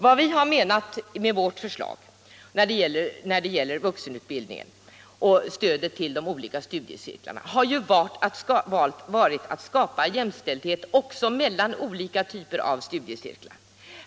Vad vi har menat med vårt förslag när det gäller vuxenutbildningen och stödet till de olika studiecirklarna har ju varit att skapa jämställdhet också mellan olika typer av studiecirklar.